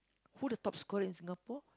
who the top scorer in Singapore